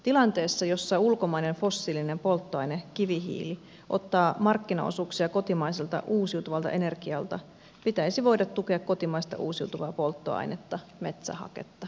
tilanteessa jossa ulkomainen fossiilinen polttoaine kivihiili ottaa markkinaosuuksia kotimaiselta uusiutuvalta energialta pitäisi voida tukea kotimaista uusiutuvaa polttoainetta metsähaketta